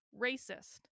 racist